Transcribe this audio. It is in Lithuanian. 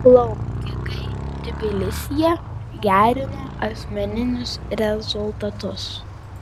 plaukikai tbilisyje gerino asmeninius rezultatus